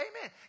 Amen